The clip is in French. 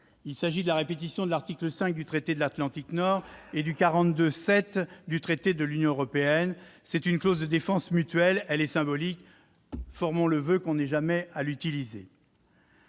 Il s'agit de la répétition de l'article 5 du traité de l'Atlantique Nord et de l'article 42-7 du traité de l'Union européenne. C'est une clause de défense mutuelle, une clause symbolique. Formons le voeu de n'avoir jamais à l'utiliser.